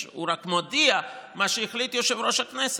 הוא רק מודיע מה שהחליט יושב-ראש הכנסת,